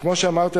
כמו שאמרתי,